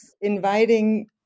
inviting